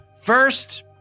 First